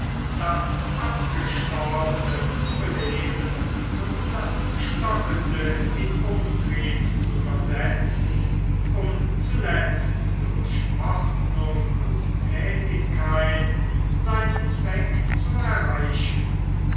das abgestorbene zu beleben und das stockende in umtrieb zu versetzen um zuletzt durch ordnung und tätigkeit seinen zweck zu erreichen